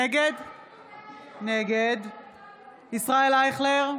נגד ישראל אייכלר,